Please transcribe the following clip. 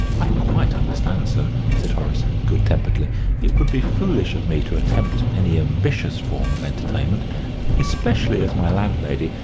i quite understand, sir, said horace, good-temperedly it would be foolish of me to attempt any ambitious form of entertainment especially as my landlady,